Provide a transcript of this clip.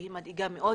והיא מדאיגה מאוד.